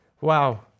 Wow